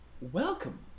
Welcome